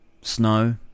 snow